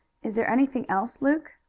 is there anything else, luke?